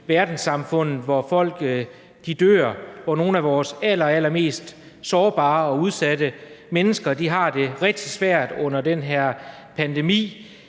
verdenssamfundet, hvor folk dør, og hvor nogle af de allerallermest sårbare og udsatte mennesker har det rigtig svært under den her pandemi.